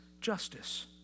justice